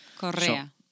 Correa